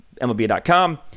MLB.com